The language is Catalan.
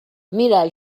mira